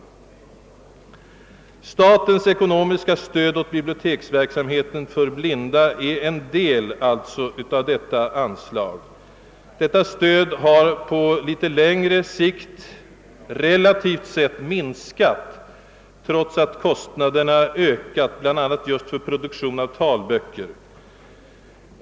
Statens ekonomiska stöd åt biblioteksverksamheten för blinda är alltså en del av detta anslag. Detta stöd har — räknat på litet längre sikt — relativt sett minskat trots att kostnaderna ökat, bl.a. just för produktion av talböcker.